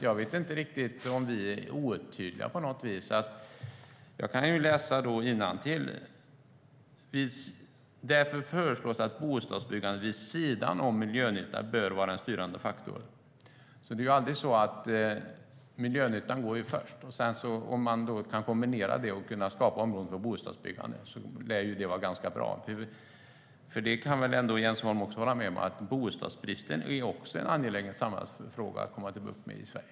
Jag vet inte om det har varit otydligt. Av betänkandet framgår att det föreslås att bostadsbyggandet vid sidan om miljönyttan bör vara en styrande faktor. Miljönyttan går ju först. Om man kan kombinera det med att skapa områden för bostadsbyggande lär det vara bra. Jens Holm kan väl ändå hålla med om att bostadsbristen också är en angelägen samhällsfråga att få bukt med i Sverige.